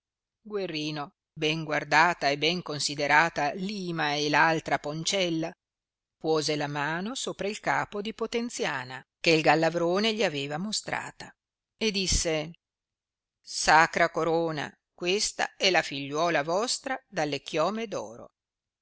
guerrino ben guardata e ben considerata l'ima e l'altra poncella puose la mano sopra il capo di potenziana che il gallavrone gli aveva mostrata e disse sacra corona questa è la figliuola vostra dalle chiome